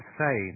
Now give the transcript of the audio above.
say